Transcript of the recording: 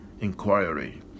inquiry